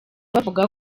bavuga